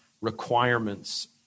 requirements